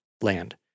land